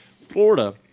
Florida